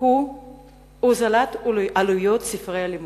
הוא הוזלת ספרי הלימוד.